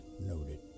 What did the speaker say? Noted